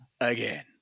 again